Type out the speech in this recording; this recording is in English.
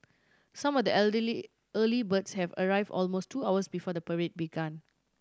some of the early birds have arrive almost two hours before the parade began